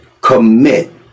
commit